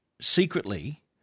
secretly